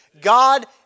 God